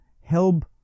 help